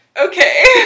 okay